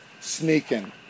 sneaking